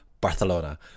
Barcelona